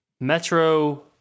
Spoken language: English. Metro